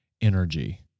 energy